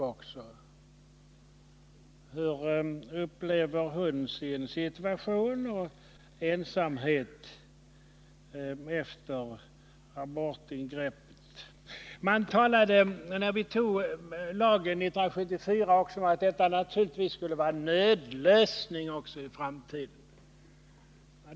Hur upplever hon sin situation och ensamhet efter abortingreppet? När vi antog lagen 1974 talade man om att detta naturligtvis skulle vara en nödlösning också i framtiden.